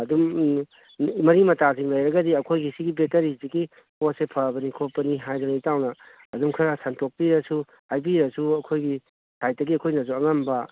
ꯑꯗꯨꯝ ꯃꯔꯤ ꯃꯇꯥꯁꯤꯡ ꯂꯩꯔꯒꯗꯤ ꯑꯩꯈꯣꯏꯒꯤ ꯁꯤꯒꯤ ꯕꯦꯛꯀꯔꯤꯁꯤꯒꯤ ꯄꯣꯠꯁꯦ ꯐꯕꯅꯤ ꯈꯣꯠꯄꯅꯤ ꯍꯥꯏꯗꯅ ꯏꯇꯥꯎꯅ ꯑꯗꯨꯝ ꯈꯔ ꯁꯟꯇꯣꯛꯄꯤꯔꯁꯨ ꯍꯥꯏꯕꯤꯔꯁꯨ ꯑꯩꯈꯣꯏꯒꯤ ꯁꯥꯏꯠꯇꯒꯤꯁꯨ ꯑꯩꯈꯣꯏꯅ ꯑꯉꯝꯕ